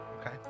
okay